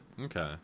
Okay